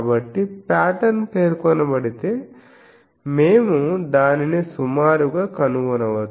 కాబట్టి పాటర్న్ పేర్కొనబడితే మేము దానిని సుమారుగా కనుగొనవచ్చు